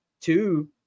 two